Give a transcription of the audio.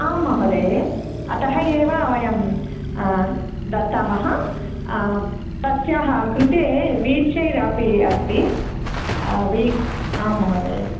आं महोदये अतः एव वयं ददामः तस्याः कृते वील् चेर् अपि अस्ति आ महोदये